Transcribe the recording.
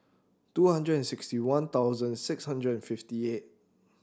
two hundred and sixty one thousand six hundred and fifty eight